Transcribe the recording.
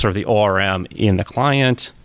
sort of the orm in the client,